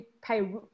pay